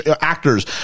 actors